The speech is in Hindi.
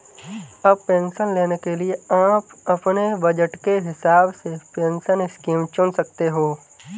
अब पेंशन लेने के लिए आप अपने बज़ट के हिसाब से पेंशन स्कीम चुन सकते हो